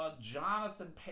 Jonathan